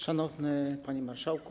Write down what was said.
Szanowny Panie Marszałku!